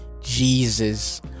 Jesus